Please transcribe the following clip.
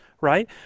right